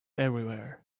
everywhere